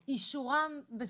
אישורם.